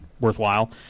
worthwhile